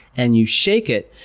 and you shake it,